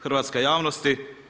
Hrvatska javnosti.